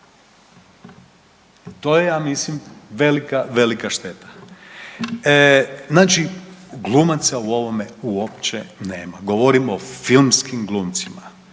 to je ja mislim velika, velika šteta. Znači glumaca u ovome uopće nema. Govorim o filmskih glumcima.